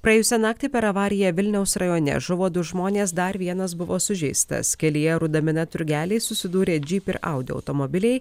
praėjusią naktį per avariją vilniaus rajone žuvo du žmonės dar vienas buvo sužeistas kelyje rudamina turgeliai susidūrė jeep ir audi automobiliai